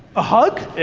a hug?